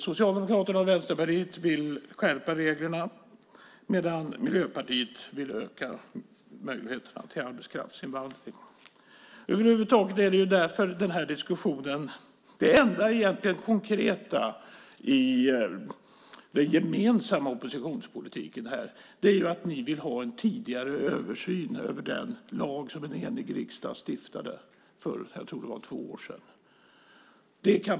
Socialdemokraterna och Vänsterpartiet vill skärpa reglerna, medan Miljöpartiet vill öka möjligheterna till arbetskraftsinvandring. Det enda konkreta i den gemensamma oppositionspolitiken är att ni vill ha en tidigare översyn av den lag som en enig riksdag stiftade för över två år sedan, tror jag det var.